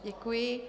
Děkuji.